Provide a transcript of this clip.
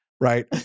right